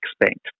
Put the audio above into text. expect